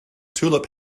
tulip